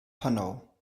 panau